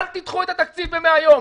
אל תדחו את התקציב ב-100 ימים.